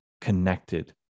connected